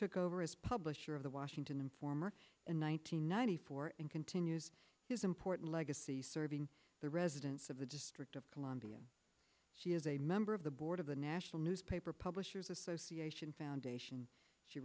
took over as publisher of the washington informer in one nine hundred ninety four and continues his important legacy serving the residents of the district of columbia she is a member of the board of the national newspaper publishers association foundation she